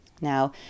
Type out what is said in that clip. Now